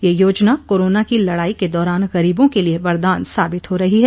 यह योजना कोरोना की लड़ाई के दौरान गरीबों के लिए वरदान साबित हो रही है